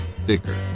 thicker